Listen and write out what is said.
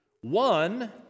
One